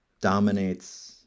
dominates